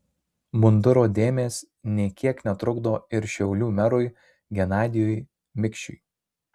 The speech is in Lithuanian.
munduro dėmės nė kiek netrukdo ir šiaulių merui genadijui mikšiui